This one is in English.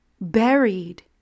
buried